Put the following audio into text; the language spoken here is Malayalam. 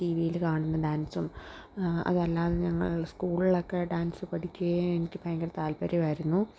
ടി വിയില് കാണുന്ന ഡാൻസും അതല്ലാതെ ഞങ്ങൾ സ്കൂളിലൊക്കെ ഡാൻസ് പഠിക്കുകയും എനിക്ക് ഭയങ്കര താല്പര്യം ആയിരുന്നു